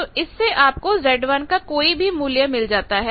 तो इससे आपको Z1 का कोई भी मूल्य मिल जाता है